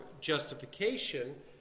justification